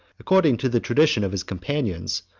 according to the tradition of his companions,